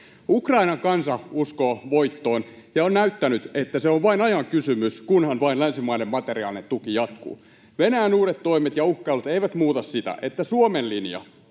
Ukrainan kansa uskoo voittoon ja on näyttänyt, että se on vain ajan kysymys, kunhan vain länsimaiden materiaalinen tuki jatkuu. Venäjän uudet toimet ja uhkailut eivät muuta sitä, että Suomen linja,